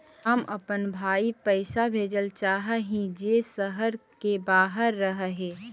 हम अपन भाई पैसा भेजल चाह हीं जे शहर के बाहर रह हे